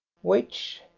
which,